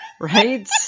Right